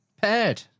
paired